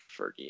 Fergie